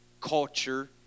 culture